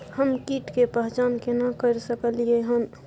हम कीट के पहचान केना कर सकलियै हन?